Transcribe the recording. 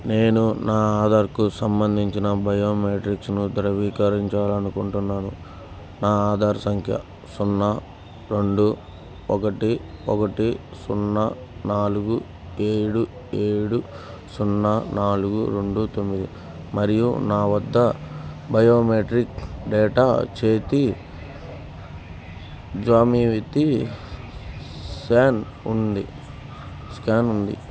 నేను నా ఆధార్కు సంబంధించిన బయోమెట్రిక్స్ను ధృవీకరించాలనుకుంటున్నాను నా ఆధార్ సంఖ్య సున్నా రెండు ఒకటి ఒకటి సున్నా నాలుగు ఏడు ఏడు సున్నా నాలుగు రెండు తొమ్మిది మరియు నా వద్ద బయోమెట్రిక్ డేటా చేతి జ్యామితి స్యాన్ ఉంది స్కాన్ ఉంది